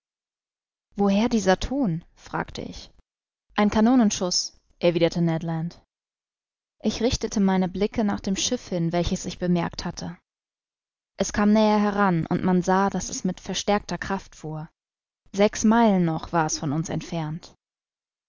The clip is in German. woher dieser ton fragte ich ein kanonenschuß erwiderte net ich richtete meine blicke nach dem schiff hin welches ich bemerkt hatte es kam näher heran und man sah daß es mit verstärkter kraft fuhr sechs meilen noch war es von uns entfernt